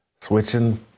switching